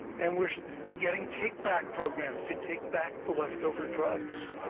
and we are getting take-back programs to take back the leftover drugs.